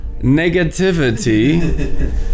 negativity